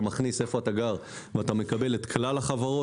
מכניס את הכתובת שלך ואתה מקבל את כלל החברות.